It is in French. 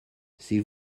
c’est